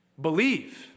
believe